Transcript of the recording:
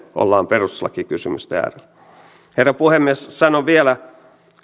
ollaan perustuslakikysymysten äärellä herra puhemies sanon vielä